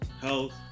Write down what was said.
Health